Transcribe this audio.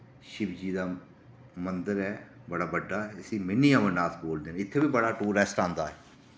शिवजी दा मंदर ऐ बड़ा बड्डा इसी मिनी अमरनाथ बोलदे न इत्थे बी बड़ा टूरिस्ट आंदा ऐ